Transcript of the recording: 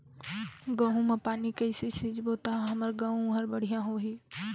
गहूं म पानी कइसे सिंचबो ता हमर गहूं हर बढ़िया होही?